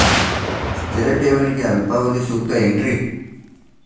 ಸ್ಥಿರ ಠೇವಣಿಗೆ ಅಲ್ಪಾವಧಿ ಸೂಕ್ತ ಏನ್ರಿ?